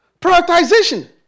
Prioritization